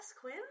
quinn